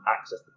access